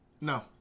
No